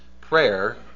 prayer